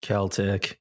Celtic